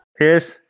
Yes